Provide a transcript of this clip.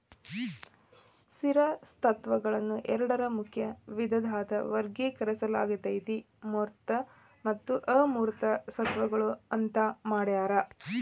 ಸ್ಥಿರ ಸ್ವತ್ತುಗಳನ್ನ ಎರಡ ಮುಖ್ಯ ವಿಧದಾಗ ವರ್ಗೇಕರಿಸಲಾಗೇತಿ ಮೂರ್ತ ಮತ್ತು ಅಮೂರ್ತ ಸ್ವತ್ತುಗಳು ಅಂತ್ ಮಾಡ್ಯಾರ